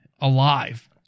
alive